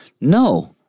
no